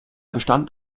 bestand